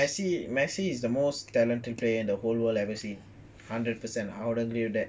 no messi messi is the most talented player in the whole world I ever seen hundred percent I will agree with that